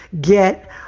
get